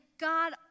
God